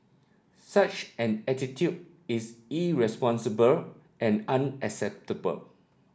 such an attitude is irresponsible and unacceptable